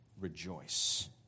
rejoice